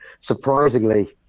surprisingly